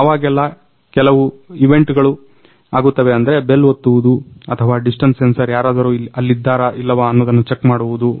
ಯಾವಾಗೆಲ್ಲಾ ಕೆಲವು ಇವೆಂಟ್ಗಳು ಆಗುತ್ತವೆ ಅಂದ್ರೆ ಬೆಲ್ ಒತ್ತುವುದು ಅಥವಾ ಡಿಸ್ಟನ್ಸ್ ಸೆನ್ಸರ್ ಯಾರಾದರೂ ಅಲ್ಲಿದ್ದಾರ ಇಲ್ಲವಾ ಅನ್ನೊದನ್ನ ಚೆಕ್ ಮಾಡುವುದು